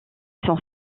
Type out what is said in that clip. son